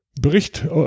Bericht